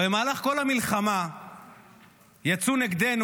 הרי במהלך כל המלחמה יצאו נגדנו,